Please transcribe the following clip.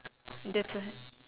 that's a